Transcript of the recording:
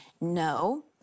no